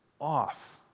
off